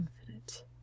infinite